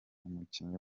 umukinnyi